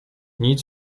nic